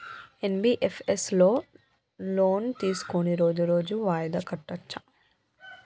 NBFS లో loan తీస్కొని రోజు రోజు వాయిదా కట్టచ్ఛా?